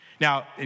Now